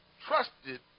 trusted